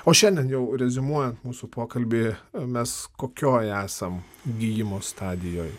o šiandien jau reziumuojant mūsų pokalbį mes kokioj esam gijimo stadijoj